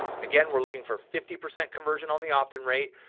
and again, we're looking for fifty percent conversion on the opt in rate,